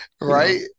right